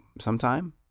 sometime